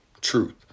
truth